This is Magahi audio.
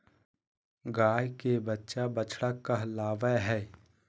गाय के बच्चा बछड़ा कहलावय हय